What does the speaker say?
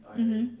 mmhmm